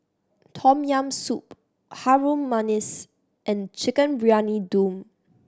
Tom Yam Soup Harum Manis and Chicken Briyani Dum